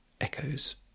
echoes